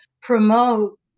promote